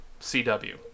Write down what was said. CW